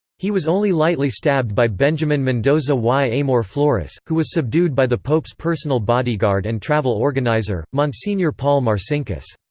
he was only lightly stabbed by benjamin mendoza y amor flores, who was subdued by the pope's personal bodyguard and travel organiser, monsignor paul marcinkus.